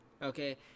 Okay